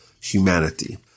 humanity